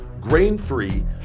grain-free